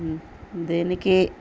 దీనికి